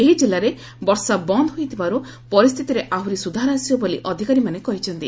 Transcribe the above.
ଏହି ଜିଲ୍ଲାରେ ବର୍ଷା ବନ୍ଦ୍ ହୋଇଥିବାରୁ ପରିସ୍ଥିତିରେ ଆହୁରି ସୁଧାର ଆସିବ ବୋଲି ଅଧିକାରୀମାନେ କହିଛନ୍ତି